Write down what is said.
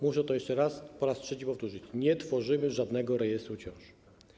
Powtórzę to jeszcze raz, po raz trzeci powtórzę: nie tworzymy żadnego rejestru ciąż.